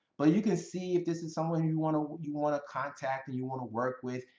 but you can see if this is someone you wanna you wanna contact, and you wanna work with,